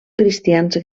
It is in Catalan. cristians